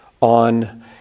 on